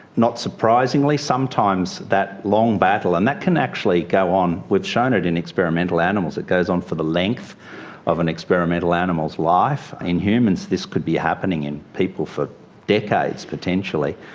not surprisingly, sometimes that long battle and that can actually go on, we've shown it in experimental animals, it goes on for the length of an experimental animal's life. in humans this could be happening in people for decades, potentially.